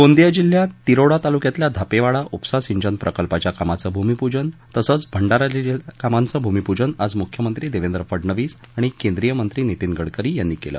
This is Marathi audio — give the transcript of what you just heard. गोंदिया जिल्ह्यात तिरोडा तालुक्यातल्या धापेवाडा उपसा सिंचन प्रकल्पाच्या कामाचं भूमिप्जन तसंच भंडारा जिल्यातल्या कामांच भूमिपूजन आज मुख्यमंत्री देवेन्द्र फडणवीस आणि केंद्रीय मंत्री नितीन गडकरी यांनी केलं